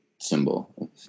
symbol